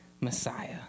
Messiah